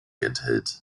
enthält